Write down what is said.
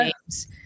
games